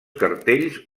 cartells